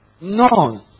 None